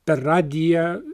per radiją